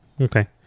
Okay